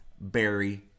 Barry